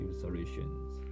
solutions